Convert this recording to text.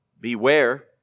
Beware